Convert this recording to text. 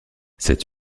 cette